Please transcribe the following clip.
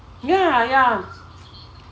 ya ya